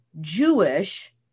Jewish